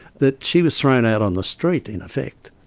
that she was thrown out on the street in effect.